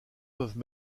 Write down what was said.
peuvent